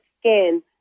skin